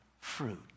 fruit